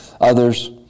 others